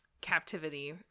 captivity